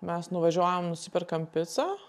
mes nuvažiuojam nusiperkam picą